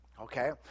Okay